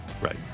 right